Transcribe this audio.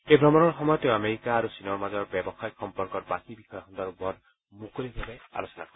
এই ভ্ৰমণৰ সময়ত তেওঁ আমেৰিকা আৰু চীনৰ মাজৰ ব্যৱসায়িক সম্পৰ্কৰ বাকী বিষয় সন্দৰ্ভত মুকলিভাৱে আলোচনা কৰিব